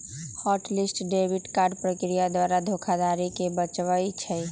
hot list debit card प्रक्रिया द्वारा धोखाधड़ी से बचबइ छै